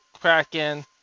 Kraken